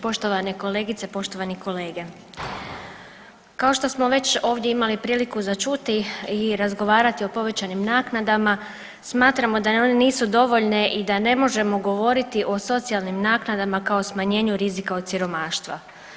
Poštovane kolegice, poštovani kolege, kao što smo već imali prilike ovdje za čuti i razgovarati o povećanim naknadama smatramo da one nisu dovoljne i da ne možemo govoriti o socijalnim naknadama kao smanjenju rizika od siromaštva.